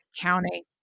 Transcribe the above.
county